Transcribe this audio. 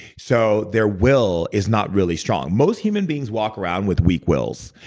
so their will is not really strong. most human beings walk around with weak wills.